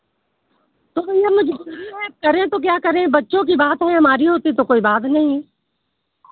अरे भैया मज़बूरी है करें तो क्या करें बच्चों की बात है हमारी होती तो कोई बात नहीं